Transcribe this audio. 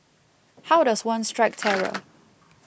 how does one strike terror